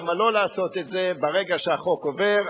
למה לא לעשות את זה ברגע שהחוק עובר,